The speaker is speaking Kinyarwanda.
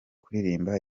kuririmba